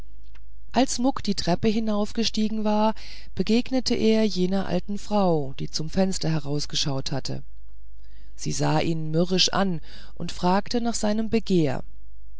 als muck die treppe hinaufgestiegen war begegnete er jener alten frau die zum fenster herausgeschaut hatte sie sah ihn mürrisch an und fragte nach seinem begehr